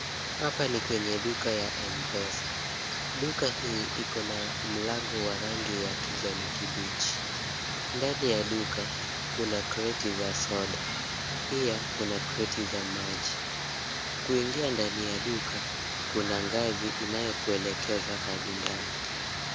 Hapa ni kwenye duka ya mpesa . Duka hii ikona mlango wa rangi ya kijani kibichi. Ndani ya duka kuna kreti za soda. Pia kuna kreti za maji. Kuingia ndani ya duka kuna ngazi inayokuelekeza hadi ndani.